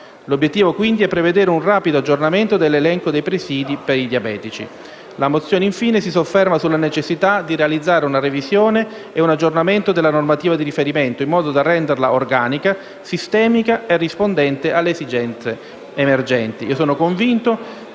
L'obiettivo, quindi, è prevedere un rapido aggiornamento dell'elenco dei presidi per i diabetici. La mozione, infine, si sofferma sulla necessità di realizzare una revisione e un aggiornamento della normativa di riferimento, in modo da renderla organica, sistemica e rispondente alle esigenze emergenti.